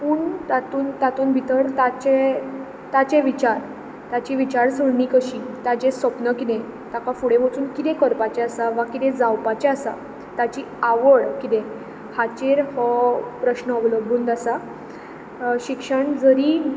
पूण तातूंत तातूंत भितर ताचे ताचे विचार ताची विचार सरणी कशी ताचे स्वप्न कितें ताका फुडें वचून कितें करपाचें आसा वा कितें जावपाचें आसा ताची आवड कितें हाचेर हो प्रस्न अवलंबूद आसा शिक्षण जरी